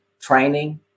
training